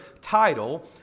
title